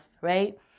right